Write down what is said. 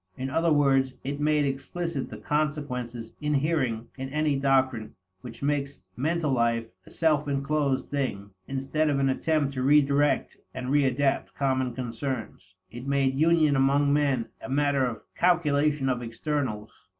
in other words, it made explicit the consequences inhering in any doctrine which makes mental life a self-inclosed thing, instead of an attempt to redirect and readapt common concerns. it made union among men a matter of calculation of externals.